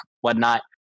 whatnot